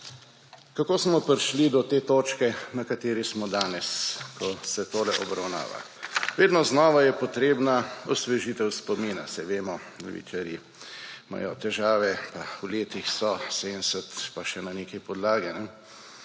Kako smo prišli do tega točke, na kateri smo danes, ko se to obravnava? Vedno znova je potrebna osvežitev spomina, saj vemo, levičarji imajo težave pa v letih so, 70 pa še na neke podlage.